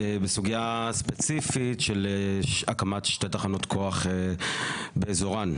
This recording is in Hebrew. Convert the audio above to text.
בסוגיה ספציפית של הקמת שתי תחנות כוח באזורן.